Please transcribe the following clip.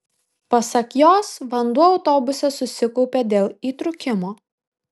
pasak jos vanduo autobuse susikaupė dėl įtrūkimo